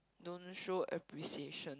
don't show appreciation